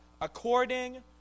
According